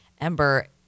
Ember